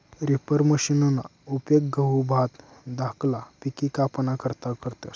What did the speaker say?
reaper मशिनना उपेग गहू, भात धाकला पिके कापाना करता करतस